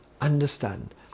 understand